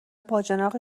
باجناق